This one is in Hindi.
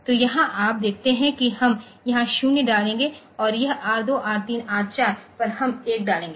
तो यहाँ आप देखते हैं कि हम यहाँ 0 डालेंगे और यह R 2 R 3 R 4 पर हम एक डालेंगे